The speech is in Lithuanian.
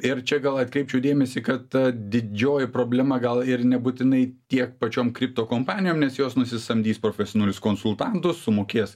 ir čia gal atkreipčiau dėmesį kad didžioji problema gal ir nebūtinai tiek pačiom kripto kompanijom nes jos nusisamdys profesionalius konsultantus sumokės